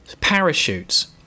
parachutes